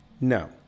no